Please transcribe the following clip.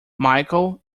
michael